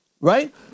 Right